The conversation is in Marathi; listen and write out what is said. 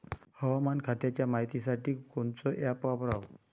हवामान खात्याच्या मायतीसाठी कोनचं ॲप वापराव?